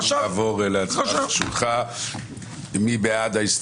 נעבור להצבעה על הסתייגות